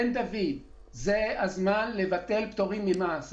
אז כן, דוד, זה הזמן לבטל פטורים ממס.